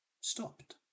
stopped